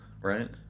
right